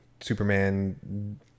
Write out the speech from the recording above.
Superman